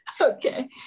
Okay